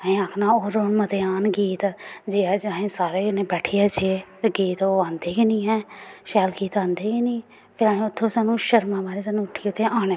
असें आक्खना मते आह्न गीत जे अज्ज अस सारे जनें बैठियै ऐसे गीत आंदे गै निं हैन शैल गीत आंदे गै निं असें उत्थुं शर्मा मारी उट्ठियै आना पौंदा